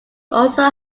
also